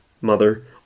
mother